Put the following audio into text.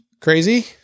crazy